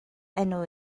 enw